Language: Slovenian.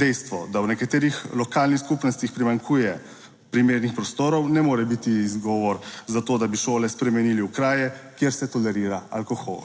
Dejstvo, da v nekaterih lokalnih skupnostih primanjkuje primernih prostorov, ne more biti izgovor za to, da bi šole spremenili v kraje, kjer se tolerira alkohol,